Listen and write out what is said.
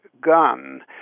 gun